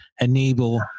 enable